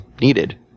needed